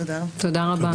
תודה רבה.